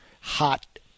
hot